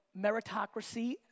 meritocracy